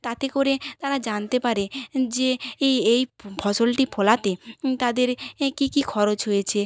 তাতে করে তারা জানতে পারে যে এই এই ফসলটি ফলাতে তাদের কী কী খরচ হয়েছে